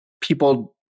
people